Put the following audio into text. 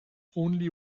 only